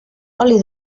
oli